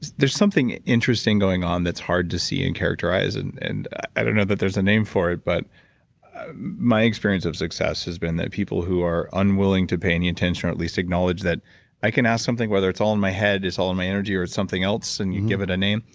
there's something interesting going on that's hard to see and characterize, and and i don't know that there's a name for it but my experience of success has been that people who are unwilling to pay any attention or at least acknowledge that i can ask something, whether it's all in my head it's all in my energy or it's something else and you'd give it a name.